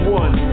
one